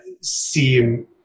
seem